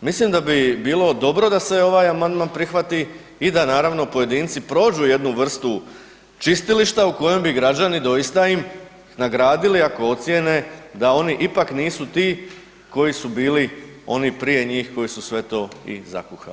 mislim da bi bilo dobro da se ovaj amandman prihvati da naravno pojedinci prođu jednu vrstu čistilišta u kojem bi građani doista ih nagradili ako ocijene da oni ipak nisu ti koji su bili oni prije njih koji su sve to i zakuhali.